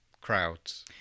crowds